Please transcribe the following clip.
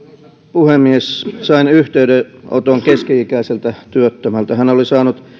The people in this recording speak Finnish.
puhemies sain yhteydenoton keski ikäiseltä työttömältä hän oli saanut